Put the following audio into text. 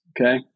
okay